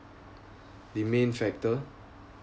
the main factor